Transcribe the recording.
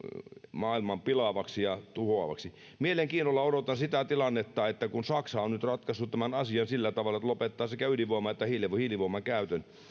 maailman pilaavaksi ja tuhoavaksi mielenkiinnolla odotan sitä tilannetta että kun saksa on nyt ratkaissut tämän asian sillä tavalla että lopettaa sekä ydinvoiman että hiilivoiman käytön